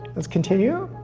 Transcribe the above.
let's continue.